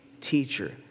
teacher